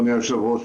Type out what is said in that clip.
אדוני היושב-ראש,